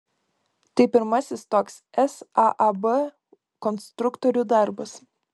tai pirmasis toks saab konstruktorių darbas